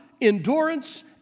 endurance